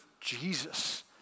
Jesus